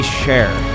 share